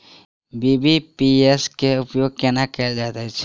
BBPS केँ उपयोग केना कएल जाइत अछि?